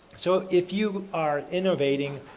so, if you are innovating